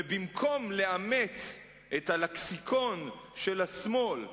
ובמקום לאמץ את הלקסיקון של השמאל,